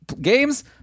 games